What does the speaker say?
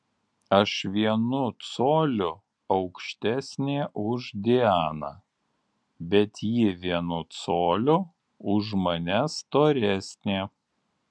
aš vienu coliu aukštesnė už dianą bet ji vienu coliu už mane storesnė